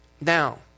Now